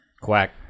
Quack